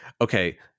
okay